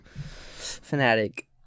fanatic